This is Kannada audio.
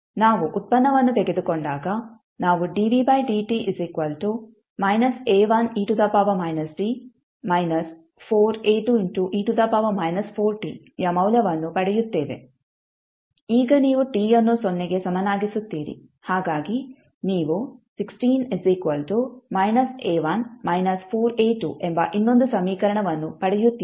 ನಾವು ಉತ್ಪನ್ನವನ್ನು ತೆಗೆದುಕೊಂಡಾಗ ನಾವು ಯ ಮೌಲ್ಯವನ್ನು ಪಡೆಯುತ್ತೇವೆ ಈಗ ನೀವು t ಅನ್ನು ಸೊನ್ನೆಗೆ ಸಮನಾಗಿಸುತ್ತೀರಿ ಹಾಗಾಗಿ ನೀವು ಎಂಬ ಇನ್ನೊಂದು ಸಮೀಕರಣವನ್ನು ಪಡೆಯುತ್ತೀರಿ